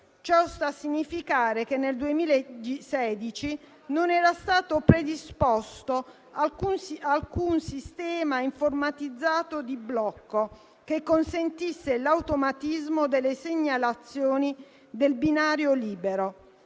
Ciò sta a significare che nel 2016 non era stato predisposto alcun sistema informatizzato di blocco che consentisse l'automatismo delle segnalazioni del binario libero.